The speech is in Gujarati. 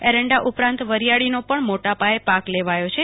એરંડા ઉપરાંત વરિયાળીનો પણ મોટાપાયે પાક લેવાયો છે